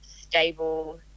stable